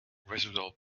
residual